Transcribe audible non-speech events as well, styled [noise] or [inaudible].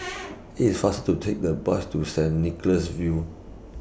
[noise] IT IS faster to Take The Bus to Saint Nicholas View